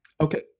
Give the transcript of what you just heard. Okay